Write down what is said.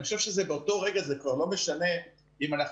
אני חושב שבאותו רגע זה כבר לא משנה אם אנחנו